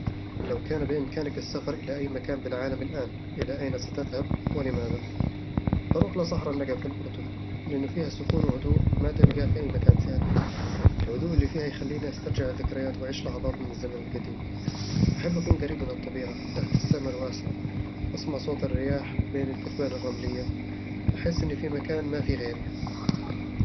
لو كان بإمكانك السفر إلى أي مكان بالعالم الآن، إلى أين ستذهب ولماذا؟ بروح لصحراء النقب في الأردن، لأن فيها سكون وهدوء ما تلقاه في أي مكان ثاني الهدوء اللي فيها يخليني أسترجع الذكريات وأعيش لحظات من الزمن القديم أحب أكون قريب من الطبيعة، تحت السماء الواسعة، واسمع صوت الرياح بين الكثبان الرملية، بحس أني في مكان ما فيه غيري